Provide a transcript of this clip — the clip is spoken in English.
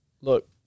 look